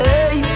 Hey